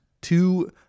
two